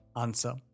Answer